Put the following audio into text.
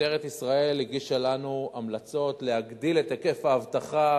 משטרת ישראל הגישה לנו המלצות להגדיל את היקף האבטחה,